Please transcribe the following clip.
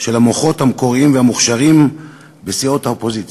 של המוחות המקוריים והמוכשרים בסיעות האופוזיציה: